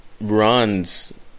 runs